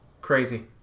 Crazy